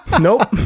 Nope